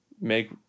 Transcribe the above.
make